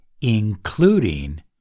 including